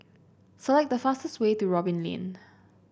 select the fastest way to Robin Lane